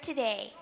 Today